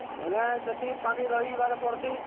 ବୋଏଲେ ସେତିି ପାନି ରହିଯିବାକେ ପଡ଼୍ସି